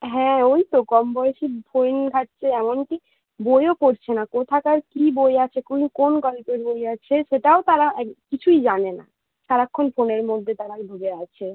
হ্যাঁ ওই তো কম বয়েসে ফোন ঘাঁটছে এমন কি বইও পড়ছে না কোথাকার কী বই আছে কোন কোন গল্পের বই আছে সেটাও তারা এক কিছুই জানে না সারাক্ষণ ফোনের মধ্যে তারা ঢুকে আছে